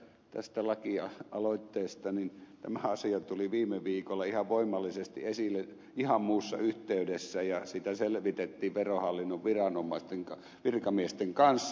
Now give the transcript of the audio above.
aivan riippumatta tästä lakialoitteesta tämä asia tuli viime viikolla voimallisesti esille ihan muussa yhteydessä ja sitä selvitettiin verohallinnon virkamiesten kanssa